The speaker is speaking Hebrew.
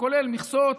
שכולל מכסות,